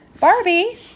Barbie